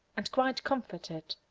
and, quite comforted,